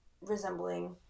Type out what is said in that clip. resembling